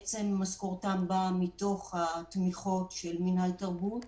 ומשכורתם באה מתוך התמיכות של מינהל התרבות,